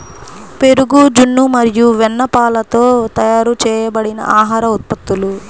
పెరుగు, జున్ను మరియు వెన్నపాలతో తయారు చేయబడిన ఆహార ఉత్పత్తులు